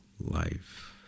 life